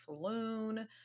saloon